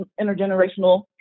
intergenerational